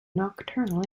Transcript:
nocturnal